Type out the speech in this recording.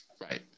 Right